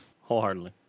wholeheartedly